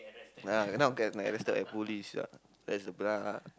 ya not to get arrested by police yeah that's the best ah